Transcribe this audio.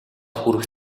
хүрэх